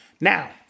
Now